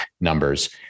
numbers